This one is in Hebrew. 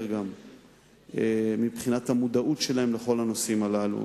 גם מבחינת המודעות שלהם לכל הנושאים הללו.